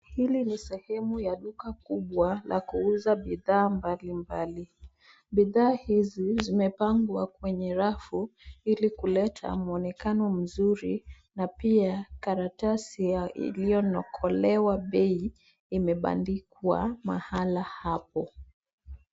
Hili ni sehemu ya duka kubwa la kuuza bidhaa mbalimbali. Bidhaa hizi zimepangwa kwenye rafu ili kuleta mwonekano mzuri na pia karatasi iliyonokolewa bai imabandikwa mahala hapo.